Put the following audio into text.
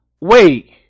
Wait